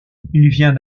vient